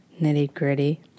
nitty-gritty